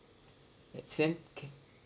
same okay